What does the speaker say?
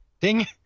ding